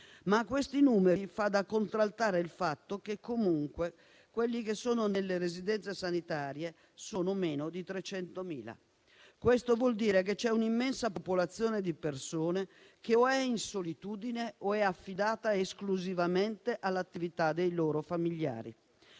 A questi numeri fa da contraltare il fatto che comunque quelli che sono nelle residenze sanitarie sono meno di 300.000. Questo vuol dire che c'è un'immensa popolazione di persone che o è in solitudine o è affidata esclusivamente alla cura dei familiari.